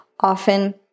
Often